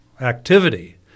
activity